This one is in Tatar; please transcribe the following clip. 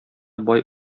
бай